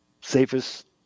safest